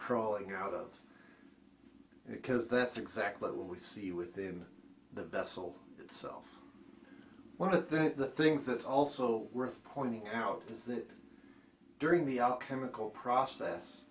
crawling out of it because that's exactly what we see within the vessel itself one of the things that's also worth pointing out is that during the up chemical process